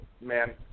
Man